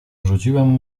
rzuciłem